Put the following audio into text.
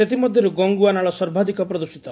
ସେଥିମଧ୍ୟରୁ ଗଙ୍ଗୁଆ ନାଳ ସର୍ବାଧକ ପ୍ରଦୃଷିତ